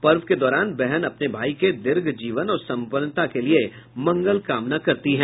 पर्व के दौरान बहन अपने भाई के दीर्घ जीवन और सम्पन्नता के लिए मंगल कामना करती है